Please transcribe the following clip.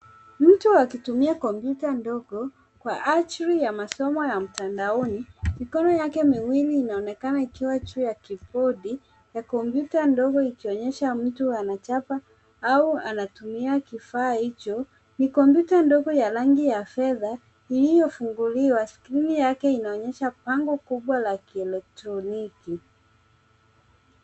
Mtu akitumia kompyuta ndogo kwa ajili ya masomo ya mtandaoni. Mikono yake miwili inaonekana ikiwa juu ya kibodi na kompyuta ndogo ikionyesha mtu anachapa au anatumia kifaa hicho. Ni kompyuta ndogo ya rangi ya fedha iliyofunguliwa. Skrini yake inaonyesha bango la kiektroniki.